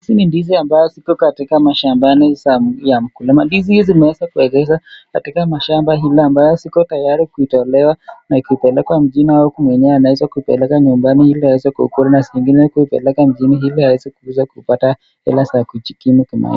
Hizi ni ndizi ambazo ziko katika mashambani ya mkulima. Ndizi zimeweza kuegeza katika mashamba ile ambayo ziko tayari kutolewa na kupelekwa mjini au mwenyewe anaweza kupeleka nyumbani ili aweze kukula na zingine kupeleka mjini aweze kuuza kupata hela za kujikimu kimaisha.